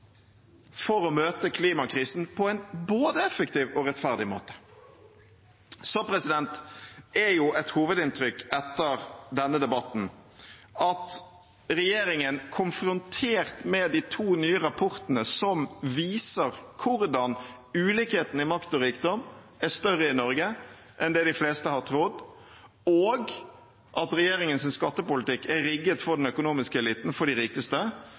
for å møte klimakrisen på en både effektiv og rettferdig måte. Et hovedinntrykk etter denne debatten er at regjeringen, konfrontert med de to nye rapportene som viser hvordan ulikheten i makt og rikdom er større i Norge enn det de fleste har trodd, og at regjeringens skattepolitikk er rigget for den økonomiske eliten – de rikeste